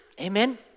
Amen